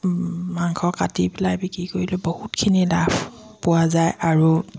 মাংস কাটি পেলাই বিক্ৰী কৰিলে বহুতখিনি লাভ পোৱা যায় আৰু